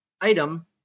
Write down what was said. item